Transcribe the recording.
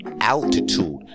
altitude